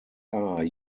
are